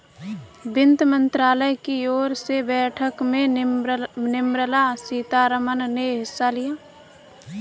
वित्त मंत्रालय की ओर से बैठक में निर्मला सीतारमन ने हिस्सा लिया